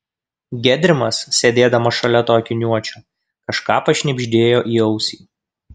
gedrimas sėdėdamas šalia to akiniuočio kažką pašnibždėjo į ausį